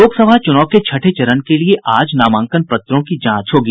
लोकसभा चुनाव के छठे चरण के लिए आज नामांकन पत्रों की जांच होगी